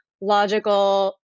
logical